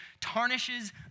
tarnishes